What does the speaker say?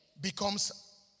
becomes